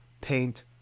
paint